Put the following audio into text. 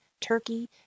turkey